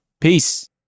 peace